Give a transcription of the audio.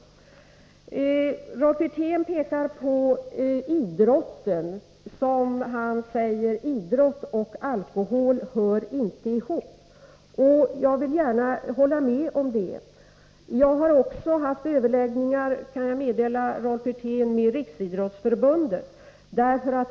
Rolf Wirtén pekar på idrotten och säger att idrott och alkohol inte hör ihop. Jag vill gärna hålla med om det. Jag kan också meddela att jag haft överläggningar med Riksidrottsförbundet.